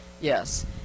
Yes